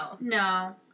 no